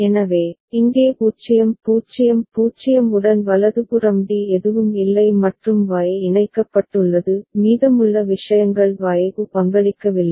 எனவே இங்கே 0 0 0 உடன் வலதுபுறம் D எதுவும் இல்லை மற்றும் Y இணைக்கப்பட்டுள்ளது மீதமுள்ள விஷயங்கள் Y க்கு பங்களிக்கவில்லை